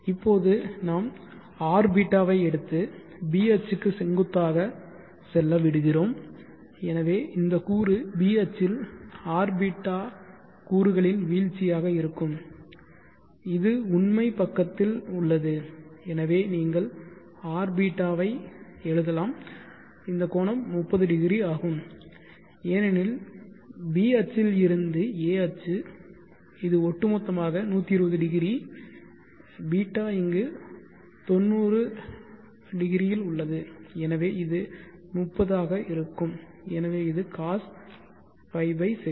இப்போது நாம் Rβ ஐ எடுத்து b அச்சுக்கு செங்குத்தாக செல்ல விடுகிறோம் எனவே இந்த கூறு b அச்சில் R β கூறுகளின் வீழ்ச்சியாக இருக்கும் இது உண்மை பக்கத்தில் உள்ளது எனவே நீங்கள் Rβ ஐ எழுதலாம் இந்த கோணம் 300 ஆகும் ஏனெனில் b அச்சில் இருந்து a அச்சு இது ஒட்டுமொத்தமாக 1200 β இங்கு 90 இல் உள்ளது எனவே இது 30 ஆக இருக்கும் எனவே இது cosπ 6